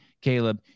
caleb